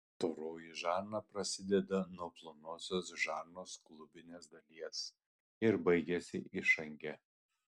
storoji žarna prasideda nuo plonosios žarnos klubinės dalies ir baigiasi išange